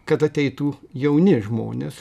kad ateitų jauni žmonės